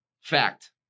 Fact